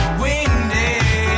windy